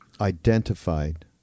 identified